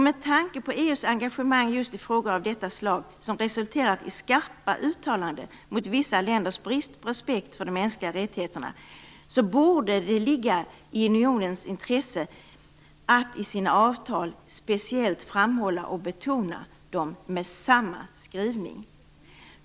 Med tanke på EU:s engagemang i just frågor av detta slag, som resulterat i skarpa uttalanden mot vissa länders brist på respekt för de mänskliga rättigheterna, borde det ligga i unionens intresse att i sina avtal speciellt framhålla och betona dem med samma skrivning.